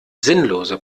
sinnlose